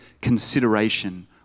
consideration